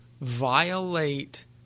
violate